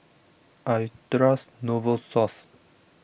I trust Novosource